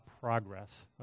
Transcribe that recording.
progress